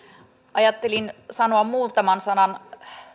ajattelin sanoa muutaman sanan